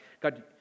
God